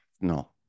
no